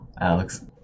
alex